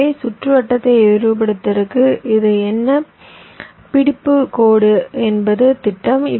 எனவே சுற்றுவட்டத்தை விரைவுபடுத்துவதற்கு இது என்ன பிடிப்பு கோடு என்பது திட்டம்